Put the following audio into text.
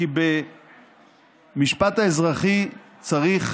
כי במשפט האזרחי צריך